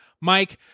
Mike